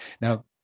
Now